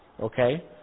Okay